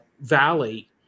valley